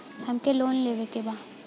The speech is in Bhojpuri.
हमके लोन लेवे के बा?